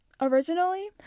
Originally